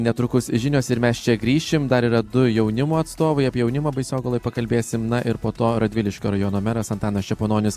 netrukus žinios ir mes čia grįšim dar yra du jaunimo atstovai apie jaunimą baisogaloj pakalbėsim na ir po to radviliškio rajono meras antanas čepononis